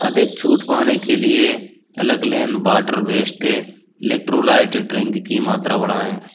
अधिक छूट पाने के लिए alkaline water waste electrolyte drink की मात्रा बढ़ाएँ